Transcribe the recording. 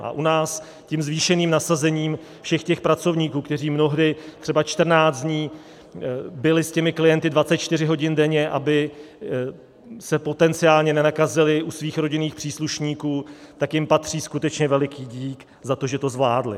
A u nás tím zvýšeným nasazením všech těch pracovníků, kteří mnohdy třeba 14 dní byli s těmi klienty 24 hodin denně, aby se potenciálně nenakazili u svých rodinných příslušníků, tak jim patří skutečně veliký dík za to, že to zvládli.